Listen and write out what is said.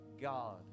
God